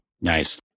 Nice